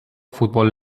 futbol